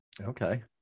Okay